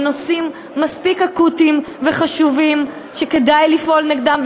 נושאים מספיק אקוטיים וחשובים שכדאי לפעול נגדם,